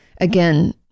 Again